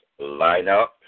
lineup